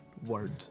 word